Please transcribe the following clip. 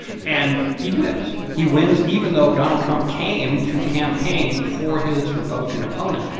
and he wins. he wins even though donald trump came to campaign for his republican opponent.